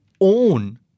own